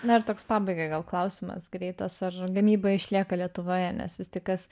na ir toks pabaigai gal klausimas greitas ar gamyba išlieka lietuvoje nes vis tik kas